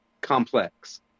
complex